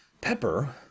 Pepper